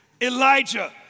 Elijah